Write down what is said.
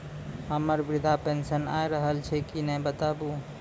हमर वृद्धा पेंशन आय रहल छै कि नैय बताबू?